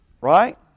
Right